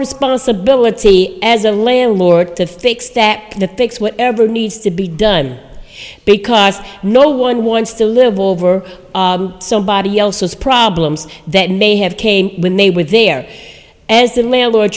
responsibility as a landlord to fix that the fix whatever needs to be done because no one wants to live over somebody else's problems that may have came when they were there as a landlord